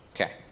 Okay